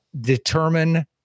determine